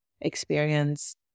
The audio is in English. experience